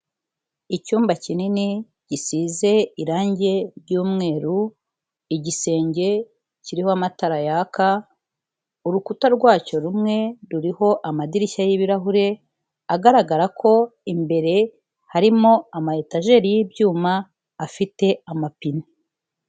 Icyumba kinini gisize irange ry'umweru, igisenge kiriho amatara yaka, urukuta rwacyo rumwe ruriho amadirishya y'ibirahure, agaragara ko imbere harimo ama etajeri y'ibyuma afite amapine.